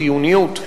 החיוניות,